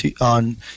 on